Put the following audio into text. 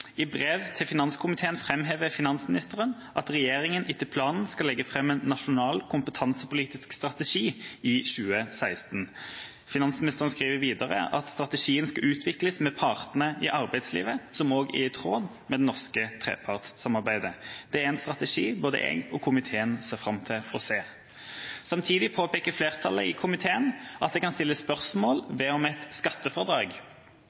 I brev til finanskomiteen framhever finansministeren at regjeringa «etter planen skal legge fram en nasjonal kompetansepolitisk strategi i 2016». Finansministeren skriver videre: «Strategien skal utvikles med partene i arbeidslivet, som er i tråd med det norske trepartssamarbeidet.» Det er en strategi både jeg og komiteen ser fram til å se. Samtidig påpeker flertallet i komiteen at en kan stille spørsmål ved om et skattefradrag, sånn som KompetanseFUNN-ordningen er, er det